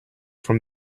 from